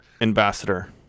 ambassador